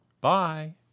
Bye